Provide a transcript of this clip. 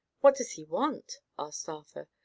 what does he want? asked arthur.